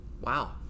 Wow